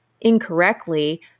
incorrectly